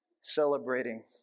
celebrating